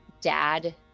dad